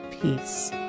peace